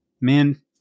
man